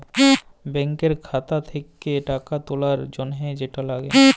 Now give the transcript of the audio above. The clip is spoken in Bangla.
ব্যাংকের খাতা থ্যাকে টাকা তুলার জ্যনহে যেট লাগে